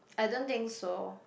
I don't think so